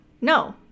No